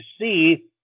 see